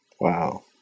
Wow